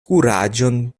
kuraĝon